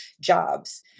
jobs